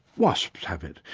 wasps have it,